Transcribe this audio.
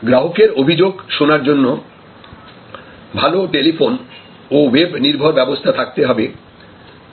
গ্রাহকের অভিযোগ শোনার জন্য ভালো টেলিফোন ও ওয়েব নির্ভর ব্যবস্থা থাকতে হবে